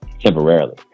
temporarily